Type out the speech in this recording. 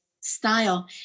style